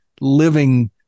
living